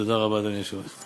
תודה רבה, אדוני היושב-ראש.